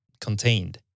contained